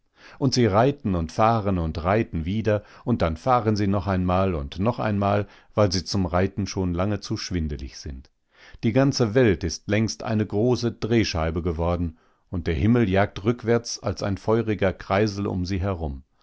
und sie reiten und fahren und reiten wieder und dann fahren sie noch einmal und noch einmal weil sie zum reiten schon lange zu schwindlig sind die ganze welt ist längst eine große drehscheibe geworden und der himmel jagt rückwärts als ein feuriger kreisel um sie herum